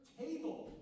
table